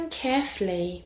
carefully